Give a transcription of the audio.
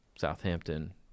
Southampton